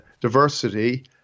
diversity